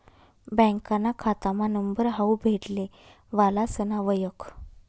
बँकाना खातामा नंबर हावू भेटले वालासना वयख